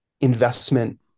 investment